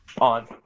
on